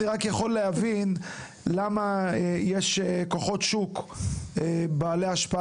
אני רק יכול יותר להבין למה יש כוחות שוק בעלי השפעה